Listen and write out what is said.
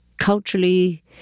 culturally